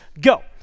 go